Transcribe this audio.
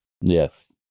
Yes